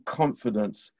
confidence